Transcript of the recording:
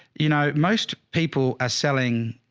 you know, most people are selling,